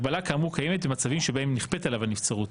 הגבלה כאמור קיימת במצבים שבהם נכפית עליו הנבצרות.